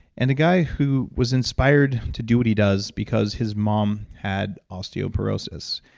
and the guy who was inspired to do what he does because his mom had osteoporosis.